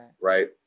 Right